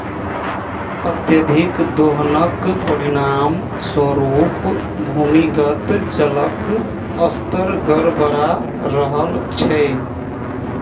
अत्यधिक दोहनक परिणाम स्वरूप भूमिगत जलक स्तर गड़बड़ा रहल छै